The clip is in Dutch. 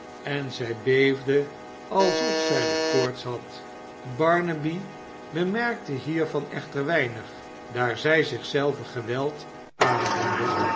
en zij beefde alsof zij de koorts had barnaby bemerkte hiervan echter weinig daar zij zich zelve geweld aandoende